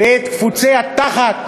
ואת "קפוצי התחת",